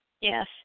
Yes